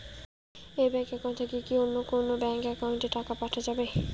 এই bank account থাকি কি অন্য কোনো ব্যাংক একাউন্ট এ কি টাকা পাঠা যাবে?